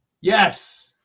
Yes